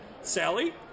Sally